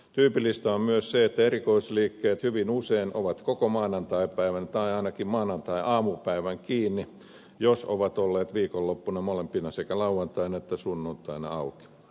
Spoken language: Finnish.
tyypillistä on myös se että erikoisliikkeet hyvin usein ovat koko maanantaipäivän tai ainakin maanantaiaamupäivän kiinni jos ovat olleet viikonloppuna molempina päivinä sekä lauantaina että sunnuntaina auki